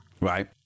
Right